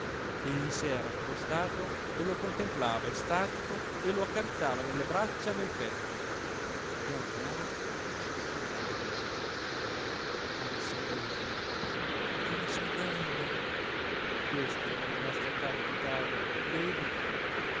e gli s'era accostato e lo contemplava estatico e lo accarezzava nelle braccia e nel petto pian piano sussurrandogli come sei bello come sei bello questo è il nostro caro pitagora vedi